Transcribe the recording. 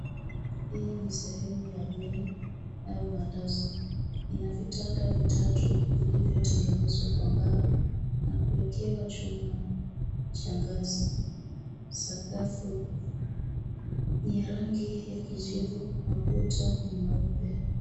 Hii ni sehemu ya bweni au malazi. Ina vitanda vitatu vilivyotengenezwa kwa mbao na kuwekewa chuma cha ngazi. Sakafu ni ya rangi ya kijivu na ukuta ni mweupe.